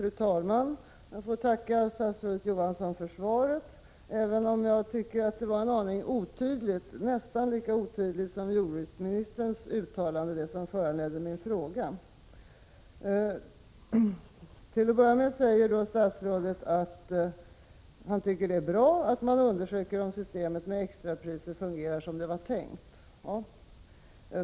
Fru talman! Jag får tacka statsrådet Johansson för svaret, även om jag tycker att det var en aning otydligt, nästan lika otydligt som det uttalande av jordbruksministern som föranledde min fråga. Till att börja med säger statsrådet att han tycker att det är bra att man undersöker om systemet med extrapriser fungerar som det var tänkt.